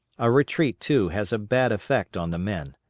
a retreat, too, has a bad effect on the men.